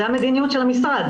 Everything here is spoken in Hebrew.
זאת המדיניות של המשרד.